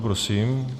Prosím.